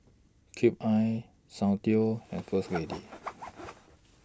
Cube I Soundteoh and First Lady